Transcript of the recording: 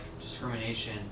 discrimination